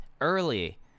early